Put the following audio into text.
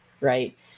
right